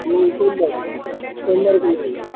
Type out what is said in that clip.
সোমবার সোমবারে চলে যাব